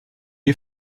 you